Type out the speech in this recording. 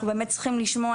אנחנו באמת צריכים לשמוע,